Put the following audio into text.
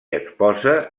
exposa